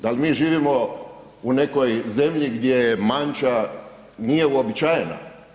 Da li mi živimo u nekoj zemlji gdje manča nije uobičajena?